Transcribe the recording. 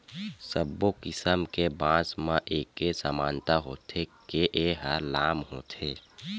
सब्बो किसम के बांस म एके समानता होथे के ए ह लाम होथे